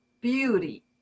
beauty